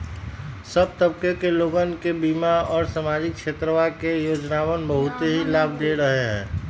सब तबके के लोगन के बीमा और सामाजिक क्षेत्रवा के योजनावन बहुत ही लाभ दे रहले है